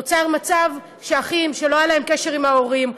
נוצר מצב שאחים שלא היה להם קשר עם ההורים,